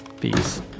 Peace